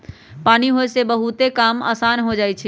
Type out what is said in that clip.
पानी होय से बहुते काम असान हो जाई छई